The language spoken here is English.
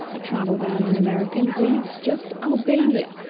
a travel ban on americans leaves just albania,